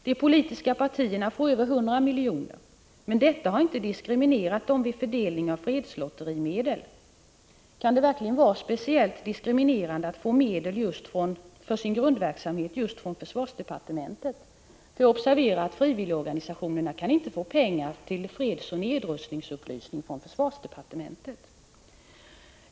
De politiska partierna får över 100 miljoner. Detta har dock inte diskriminerat dem vid fördelningen av fredslotterimedel. Kan det verkligen vara speciellt diskriminerande att få medel för sin grundverksamhet från just försvarsdepartementet? Det skall observeras att frivilligorganisationerna inte kan få pengar för fredsoch nedrustningsupplysning från försvarsdepartementet.